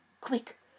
Quick